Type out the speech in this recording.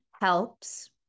helps